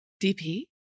DP